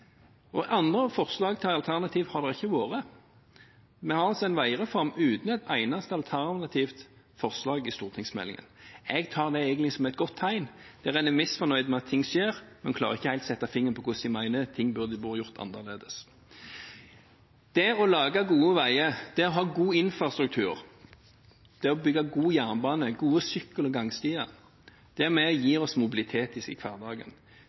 prosjekter. Andre forslag til alternativ har det ikke vært. Vi har altså en veireform uten et eneste alternativt forslag til stortingsmeldingen. Jeg tar det egentlig som et godt tegn når en er misfornøyd med at ting skjer, men ikke helt klarer å sette fingeren på hvordan en mener ting burde vært gjort annerledes. Det å lage gode veier, det å ha god infrastruktur, det å bygge god jernbane og gode sykkel- og gangstier er med på å gi oss mobilitet i hverdagen.